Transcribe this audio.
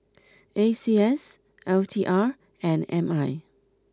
A C S L T R and M I